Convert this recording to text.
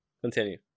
Continue